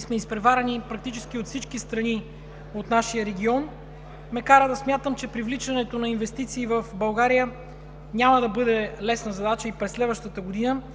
сме изпреварени от всички страни в нашия регион – ме кара да смятам, че привличането на инвестиции в България няма да бъде лесна задача и през следващата година –